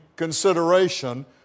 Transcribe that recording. consideration